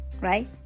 right